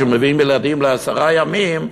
שמביאים ילדים לעשרה ימים,